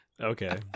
okay